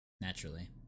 Naturally